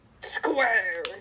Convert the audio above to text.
square